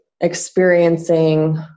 experiencing